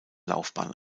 laufbahn